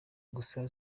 gusa